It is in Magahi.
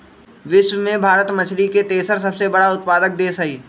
विश्व में भारत मछरी के तेसर सबसे बड़ उत्पादक देश हई